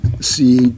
see